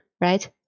right